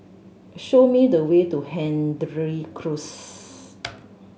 show me the way to Hendry Close